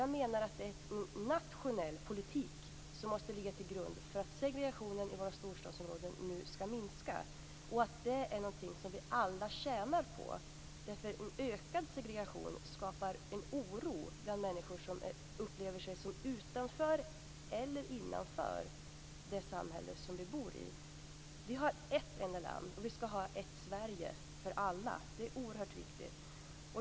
Jag menar att det är nationell politik som måste ligga till grund för att segregationen i våra storstadsområden nu skall minska, och det är någonting som vi alla tjänar på. En ökad segregation skapar en oro bland människor som upplever sig som utanför eller innanför det samhälle som vi bor i. Vi har ett enda land, och vi skall ha ett Sverige för alla. Det är oerhört viktigt.